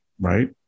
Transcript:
right